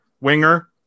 winger